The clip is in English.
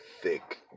thick